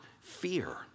fear